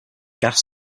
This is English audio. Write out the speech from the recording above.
gas